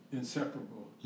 inseparable